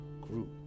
group